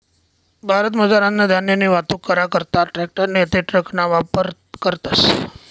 भारतमझार अन्नधान्यनी वाहतूक करा करता ट्रॅकटर नैते ट्रकना वापर करतस